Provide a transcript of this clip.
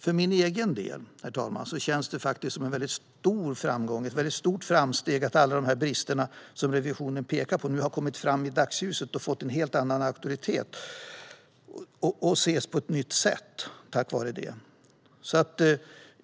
För min egen del, herr talman, känns det som en stor framgång och ett stort framsteg att alla de brister som revisionen pekar på nu har kommit fram i dagsljuset och fått en helt annan auktoritet och tack vare detta ses på ett nytt sätt.